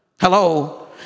Hello